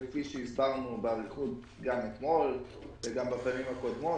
וכפי שהסברנו באריכות גם אתמול וגם בפעמים הקודמות,